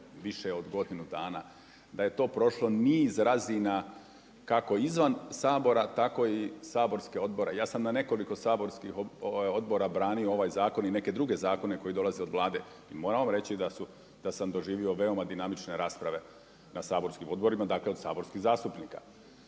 više od godinu dana. Da je to prošlo niz razina kako izvan Sabora, tako i saborske odbore. Ja sam na nekoliko saborskih odbora branio ovaj zakon i neke druge zakone koji dolaze od Vlade i moram vam reći da sam doživio veoma dinamične rasprave na saborskim odborima, dakle od saborskih zastupnika.